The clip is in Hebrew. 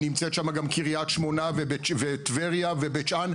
ונמצאת שם גם קריית שמונה וטבריה ובית שאן,